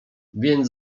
więc